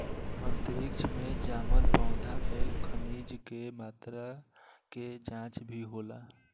अंतरिक्ष में जामल पौधा में खनिज के मात्रा के जाँच भी होला